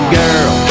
girl